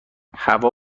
هوا